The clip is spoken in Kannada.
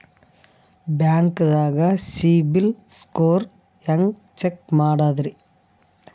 ಬ್ಯಾಂಕ್ದಾಗ ಸಿಬಿಲ್ ಸ್ಕೋರ್ ಹೆಂಗ್ ಚೆಕ್ ಮಾಡದ್ರಿ?